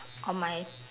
on my